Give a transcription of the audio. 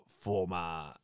former